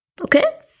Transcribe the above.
Okay